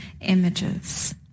images